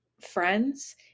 friends